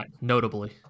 notably